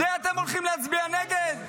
על זה אתם הולכים להצביע נגד?